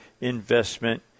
Investment